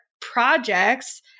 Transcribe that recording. projects